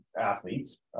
athletes